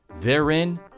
Therein